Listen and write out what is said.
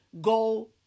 go